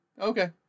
okay